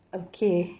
okay